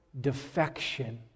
defection